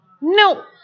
No